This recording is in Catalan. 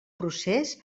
procés